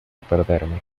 perderme